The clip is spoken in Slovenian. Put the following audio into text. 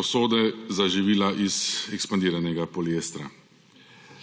posode za živila iz ekspandiranega poliestra.